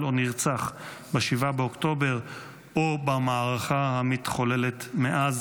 או נרצח ב-7 באוקטובר או במערכה המתחוללת מאז.